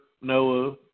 Noah